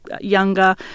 younger